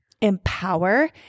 empower